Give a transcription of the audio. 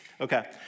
Okay